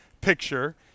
picture